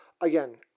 again